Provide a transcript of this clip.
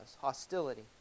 hostility